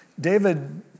David